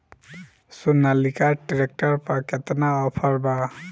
Sonalika tractor पर केतना offer बा?